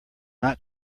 not